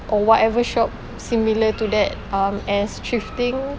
or whatever shop similar to that um as thrifting